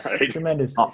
Tremendous